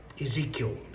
Ezekiel